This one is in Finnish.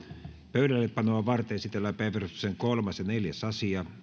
pöydällepanoa varten esitellään päiväjärjestyksen kolmas asia